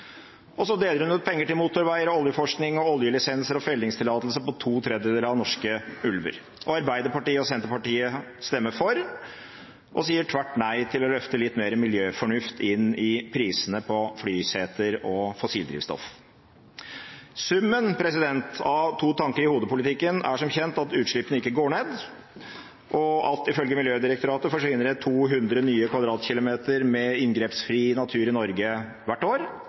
Og så deler hun ut penger til motorveier, oljeforskning, oljelisenser og fellingstillatelser på to tredjedeler av de norske ulver. Arbeiderpartiet og Senterpartiet stemmer for og sier tvert nei til å løfte litt mer miljøfornuft inn i prisene på flyseter og fossilt drivstoff. Summen av to-tanker-i-hodet-politikken er som kjent at utslippene ikke går ned, at det ifølge Miljødirektoratet forsvinner 200 nye kvadratkilometer med inngrepsfri natur i Norge hvert år,